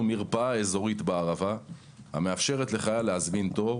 מרפאה אזורית בערבה המאפשרת לחייל להזמין תור.